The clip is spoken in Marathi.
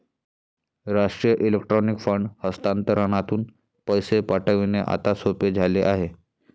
राष्ट्रीय इलेक्ट्रॉनिक फंड हस्तांतरणातून पैसे पाठविणे आता सोपे झाले आहे